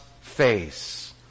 face